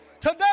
Today